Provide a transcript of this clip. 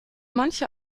manche